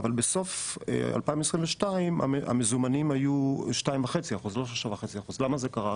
אבל בסוף 2022 המזומנים היו 2.5% ולא 3.5% למה זה קרה?